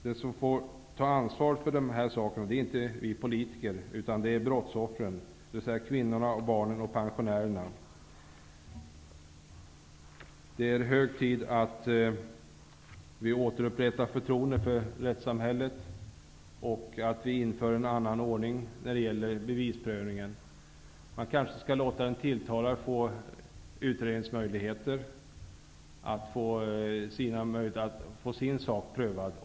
Det är inte vi politiker som får ta ansvaret, utan det är brottsoffren, dvs. Det är hög tid att förtroendet för rättssamhället återupprättas och att en annan ordning införs när det gäller bevisprövningen. Man kanske skall låta den tilltalade få utredningsmöjligheter, så att han kan få hjälp med att få sin sak prövad.